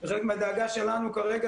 וחלק מהדאגה שלנו כרגע,